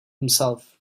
himself